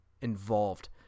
involved